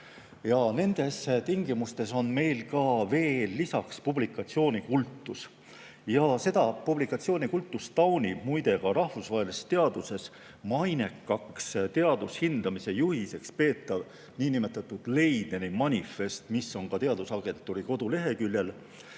nendes tingimustes on meil veel lisaks publikatsioonikultus. Seda publikatsioonikultust taunib muide ka rahvusvahelises teaduses mainekaks teadushindamise juhiseks peetav niinimetatud Leideni manifest, mis on ka teadusagentuuri koduleheküljel.